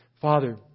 Father